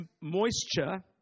moisture